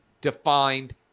defined